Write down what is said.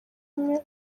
umwe